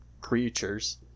creatures